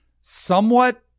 somewhat